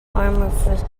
amorphous